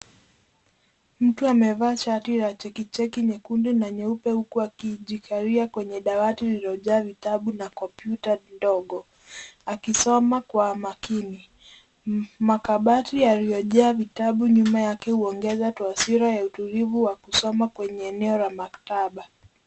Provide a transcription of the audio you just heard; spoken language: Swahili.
Mtu amevaa shati la chekicheki nyekundu na nyeupe huku akijikalia kwenye dawati lililojaa vitabu na kompyuta ndogo, akisoma kwa makini. Makabati yaliyojaa vitabu nyuma yake huongeza taswira ya utulivu wa kusoma kwenye eneo la maktaba.